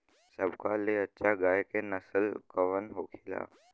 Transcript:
सबका ले अच्छा गाय के नस्ल कवन होखेला?